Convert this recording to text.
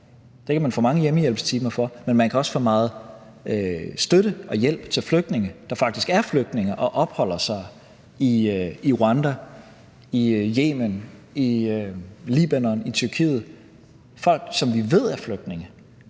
Det kan man få mange hjemmehjælpstimer for, men man kan også få meget støtte og hjælp til flygtninge, der faktisk er flygtninge og opholder sig i Rwanda, i Yemen, i Libanon, i Tyrkiet – folk, som vi ved er flygtninge.